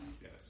Yes